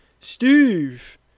Steve